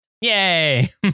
Yay